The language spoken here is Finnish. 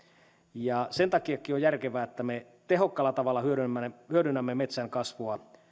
ja senkin takia on järkevää että me tehokkaalla tavalla hyödynnämme metsän kasvua